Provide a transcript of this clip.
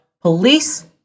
police